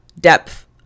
depth